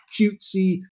cutesy